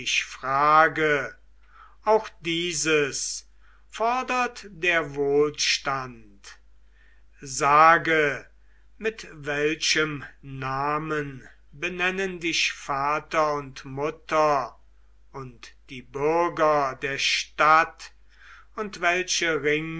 frage auch dieses fordert der wohlstand sage mit welchem namen benennen dich vater und mutter und die bürger der stadt und welche